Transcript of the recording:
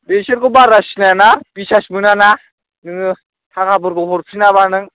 बेसोरखौ बारा सिनायाना बिसास मोनाना नोङो थाखाफोरखौ हरफिनाबा नों